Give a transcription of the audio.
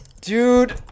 Dude